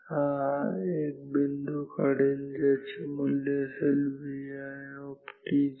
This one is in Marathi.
हा एक बिंदू काढेल त्याचे मूल्य असेल Vi